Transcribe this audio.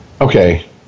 okay